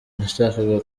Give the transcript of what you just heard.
nashakaga